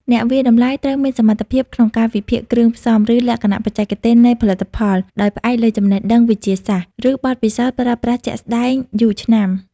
អ្នកវាយតម្លៃត្រូវមានសមត្ថភាពក្នុងការវិភាគគ្រឿងផ្សំ ឬលក្ខណៈបច្ចេកទេសនៃផលិតផល ដោយផ្អែកលើចំណេះដឹងវិទ្យាសាស្ត្រ ឬបទពិសោធន៍ប្រើប្រាស់ជាក់ស្តែងយូរឆ្នាំ។